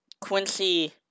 Quincy